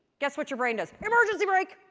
guess what your brain does emergency brake!